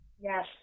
Yes